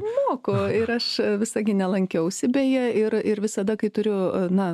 moku ir aš visagine lankiausi beje ir ir visada kai turiu na